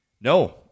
No